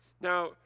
Now